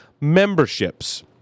memberships